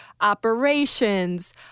operations